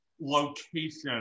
location